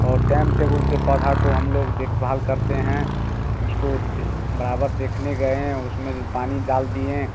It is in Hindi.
और टैम टेबुल से पौधा को हम लोग देखभाल करते हैं उसको बराबर देखने गए हैं उसमें पानी डाल दिए